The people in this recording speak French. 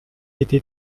été